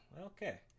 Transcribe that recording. Okay